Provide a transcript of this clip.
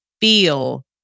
feel